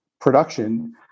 production